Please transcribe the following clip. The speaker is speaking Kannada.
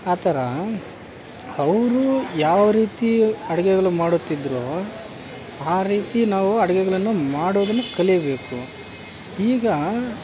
ಆ ಥರ ಅವ್ರು ಯಾವ ರೀತಿ ಅಡಿಗೆಗಳು ಮಾಡುತ್ತಿದ್ರೋ ಆ ರೀತಿ ನಾವು ಅಡಿಗೆಗಳನ್ನು ಮಾಡೋದನ್ನು ಕಲಿಬೇಕು ಈಗ